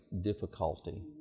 difficulty